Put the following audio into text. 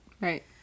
right